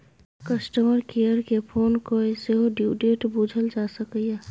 customer care केँ phone कए सेहो ड्यु डेट बुझल जा सकैए